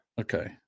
Okay